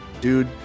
Dude